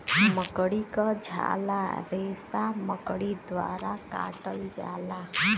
मकड़ी क झाला रेसा मकड़ी द्वारा काटल जाला